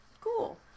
Cool